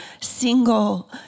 single